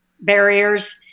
barriers